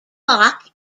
lock